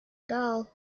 dal